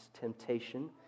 temptation